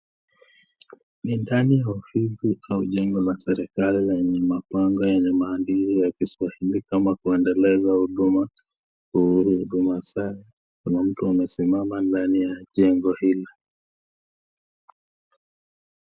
Ni ndani ya ofisi au jengo la serikali lenye mabango ya maandishi ya kiswahili kama kuendeleza huduma, uhuru huduma sare, kuna mtu amesimama ndani ya jengo hili.